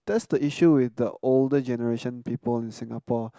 that's the issue with the older generation people in Singapore